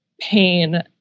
pain